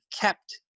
kept